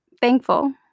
thankful